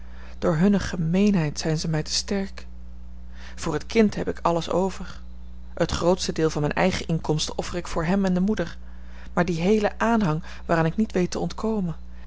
door hunne gemeenheid zijn zij mij te sterk voor het kind heb ik alles over het grootste deel van mijne eigene inkomsten offer ik voor hem en de moeder maar dien heelen aanhang waaraan ik niet weet te ontkomen